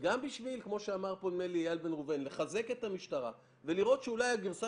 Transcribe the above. וגם בשביל לחזק את המשטרה ולראות שאולי הגרסה